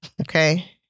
okay